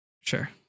Sure